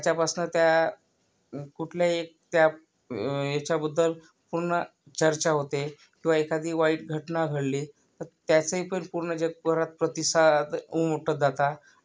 ह्याच्यापासून त्या कुठलेही त्या ह्याच्याबद्दल पूर्ण चर्चा होते किंवा एखादी वाईट घटना घडली तर त्याचे ही पण पूर्ण जगभरात प्रतिसाद उमटत जातात